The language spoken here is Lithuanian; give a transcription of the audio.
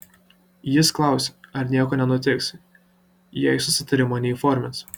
jis klausė ar nieko nenutiks jei susitarimo neįformins